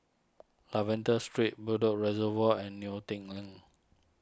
Lavender Street Bedok Reservoir and Neo Tiew Lane